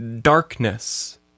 darkness